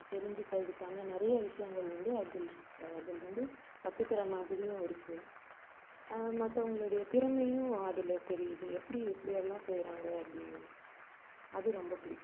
தெரிஞ்சிக்கறத்துக்கான நிறைய விஷயங்கள் வந்து அதில் அதில் வந்து கற்றுக்குறமாதிரியும் இருக்கு மற்றவங்களோட திறமையும் அதில் தெரியுது எப்படி இப்படியெல்லாம் செய்யறாங்க அப்படின்னு அது ரொம்ப பிடிக்கும்